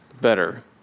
better